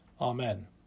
Amen